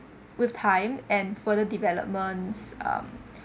with time and further developments um